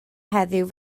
heddiw